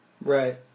Right